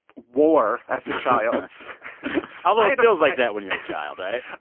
war as a child although, it feel like that when you're a child, right?